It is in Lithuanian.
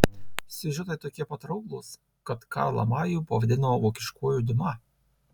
siužetai tokie patrauklūs kad karlą majų pavadino vokiškuoju diuma